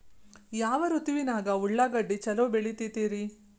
ಯಾವ ಋತುವಿನಾಗ ಉಳ್ಳಾಗಡ್ಡಿ ಛಲೋ ಬೆಳಿತೇತಿ ರೇ?